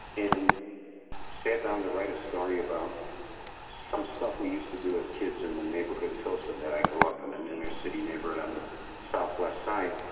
and sat down to write a story about some stuff we used to do as kids in the neighborhood pilsen that i grew up in, an inner-city neighborhood on the southwest side.